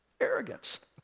Arrogance